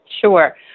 Sure